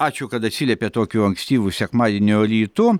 ačiū kad atsiliepėt tokiu ankstyvu sekmadienio rytu